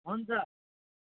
हुन्छ